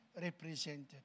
represented